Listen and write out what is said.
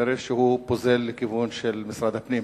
וכנראה הוא פוזל לכיוון של משרד הפנים,